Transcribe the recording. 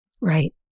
right